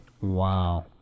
Wow